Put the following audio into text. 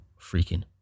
freaking